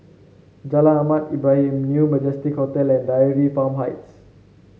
Jalan Ahmad Ibrahim New Majestic Hotel and Dairy Farm Heights